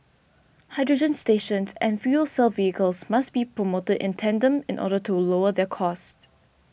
hydrogen stations and fuel cell vehicles must be promoted in tandem in order to lower their cost